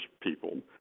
people